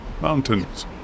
Mountains